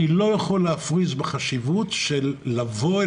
אני לא יכול להפריז בחשיבות של לבוא עם